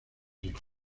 hijos